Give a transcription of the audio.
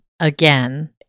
Again